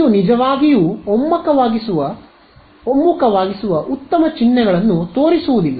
ಇದು ನಿಜವಾಗಿಯೂ ಒಮ್ಮುಖವಾಗಿಸುವ ಉತ್ತಮ ಚಿಹ್ನೆಗಳನ್ನು ತೋರಿಸುವುದಿಲ್ಲ